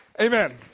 Amen